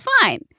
fine